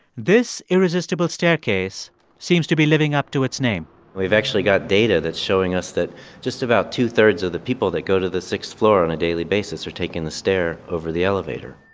this irresistible staircase seems to be living up to its name we've actually got data that's showing us that just about two-thirds of the people that go to the sixth floor on a daily basis are taking the stair over the elevator